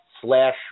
slash